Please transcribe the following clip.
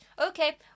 Okay